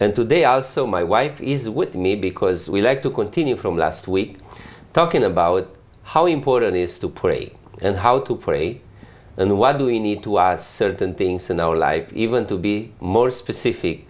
and today are so my wife is with me because we like to continue from last week talking about how important it is to pray and how to pray and why do we need to us certain things in our lives even to be more specific